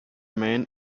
man